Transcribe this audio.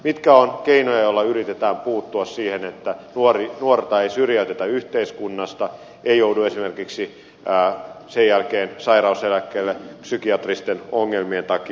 mitkä ovat keinoja joilla yritetään puuttua siihen että nuorta ei syrjäytetä yhteiskunnasta ei joudu esimerkiksi sen jälkeen sairauseläkkeelle psykiatristen ongelmien takia